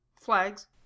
flags